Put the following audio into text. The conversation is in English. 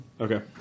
Okay